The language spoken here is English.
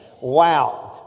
Wow